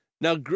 Now